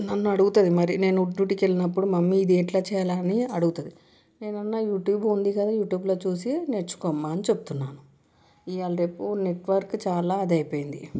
నన్ను అడుగుతుంది మరి నేను డ్యూటీకి వెళ్లినప్పుడు మమ్మీ ఇది ఎట్లా చేయాలి అని అడుగుతుంది నేను అన్నా యూట్యూబ్ ఉంది కదా యూట్యూబ్లో చూసి నేర్చుకోమ్మా అని చెప్తున్నాను ఇవాళ రేపు నెట్వర్క్ చాలా అది అయిపోయింది